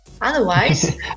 otherwise